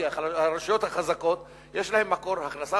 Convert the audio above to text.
כי הרשויות החזקות יש להן מקור הכנסה,